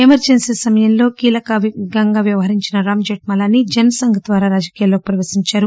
emergency సమయంలో కీలకంగా వ్యహరించి రాంజర్మలానీ జన్ సంఘ్ ద్వారా రాజకీయాల్లోకి ప్రవేశించారు